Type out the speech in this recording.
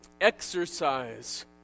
exercise